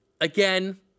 Again